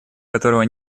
которого